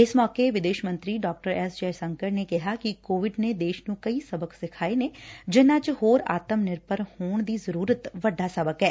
ਇਸ ਮੋਕੇ ਵਿਦੇਸ਼ ਮੰਤਰੀ ਡਾ ਐਸ ਜੈ ਸ਼ੰਕਰ ਨੇ ਕਿਹਾ ਕਿ ਕੋਵਿਡ ਨੇ ਦੇਸ਼ ਨੂੰ ਕਈ ਸਬਕ ਸਿਖਾਏ ਨੇ ਜਿਨੁਾ ਚ ਹੋਰ ਆਤਮ ਨਿਰਭਰ ਹੋਣ ਦੀ ਜ਼ਰੁਰਤ ਵੱਡਾ ਸਬਕ ਐ